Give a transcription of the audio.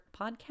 podcast